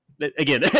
again